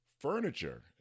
furniture